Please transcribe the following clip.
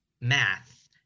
math